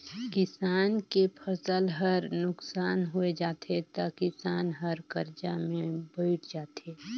किसान के फसल हर नुकसान होय जाथे त किसान हर करजा में बइड़ जाथे